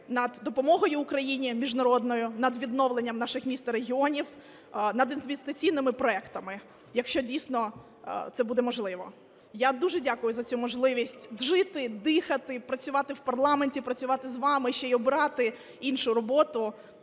над допомогою Україні міжнародною, над відновленням наших міст та регіонів, над інвестиційними проектами, якщо дійсно це буде можливо. Я дуже дякую за цю можливість жити, дихати і працювати в парламенті, працювати з вами, ще й обирати іншу роботу,